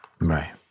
Right